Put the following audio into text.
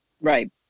right